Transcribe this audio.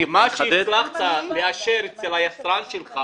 אני אחדד --- מה שהצלחת לאשר אצל היצרן שלך